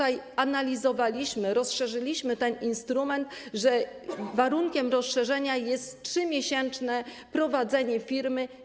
Analizowaliśmy to, rozszerzyliśmy ten instrument o to, że warunkiem rozszerzenia jest 3-miesięczne prowadzenie firmy.